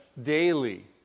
Daily